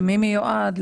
למי מיועד?